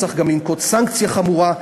צריך גם לנקוט סנקציה חמורה,